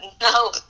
No